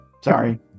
sorry